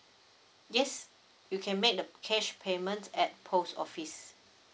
yes you can make the cash payment at post office